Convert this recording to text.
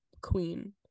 queen